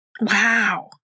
Wow